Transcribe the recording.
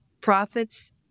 profits